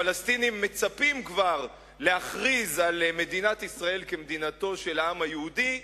הפלסטינים מצפים כבר להכריז על מדינת ישראל כמדינתו של היהודי,